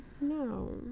no